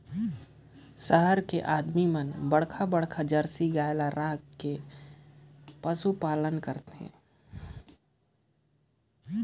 सहर के मइनसे मन हर अबड़ेच बड़खा बड़खा जरसी गाय रायख के पसुपालन करथे